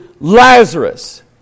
Lazarus